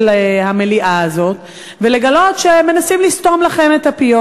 המליאה הזאת ולגלות שמנסים לסתום לכם את הפיות.